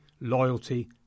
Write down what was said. loyalty